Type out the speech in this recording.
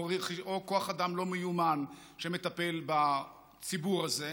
או עם כוח אדם לא מיומן שמטפל בציבור הזה,